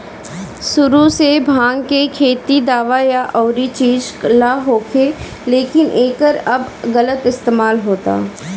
सुरु से भाँग के खेती दावा या अउरी चीज ला होखे, लेकिन एकर अब गलत इस्तेमाल होता